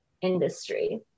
industry